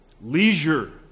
leisure